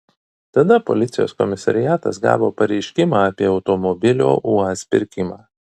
tada policijos komisariatas gavo pareiškimą apie automobilio uaz pirkimą